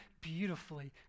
beautifully